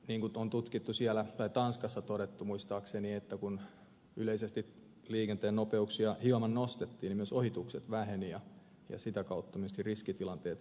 ja niin kuin on tanskassa todettu muistaakseni kun yleisesti liikenteen nopeuksia hieman nostettiin niin myös ohitukset vähenivät ja sitä kautta myöskin riskitilanteet vähenivät